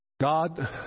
God